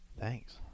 Thanks